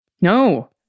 No